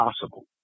possible